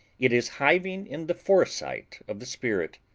it is hiving in the foresight of the spirit,